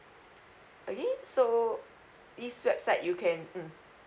okay so this website you can mm